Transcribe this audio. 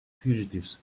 fugitives